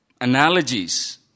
analogies